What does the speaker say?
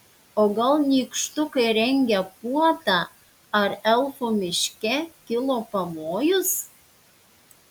o gal nykštukai rengia puotą ar elfų miške kilo pavojus